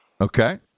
Okay